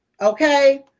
Okay